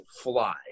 fly